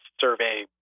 survey